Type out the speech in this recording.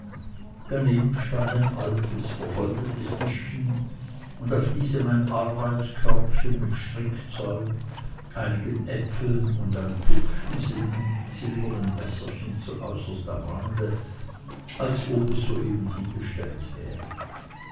daneben stand ein altes vergoldetes tischchen und auf diesem ein arbeitskörbchen mit strickzeug einigen äpfeln und einem hübschen silbernen messerchen zuäußerst am rande als ob es soeben hingestellt wäre